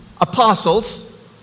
apostles